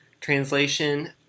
Translation